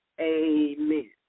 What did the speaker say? Amen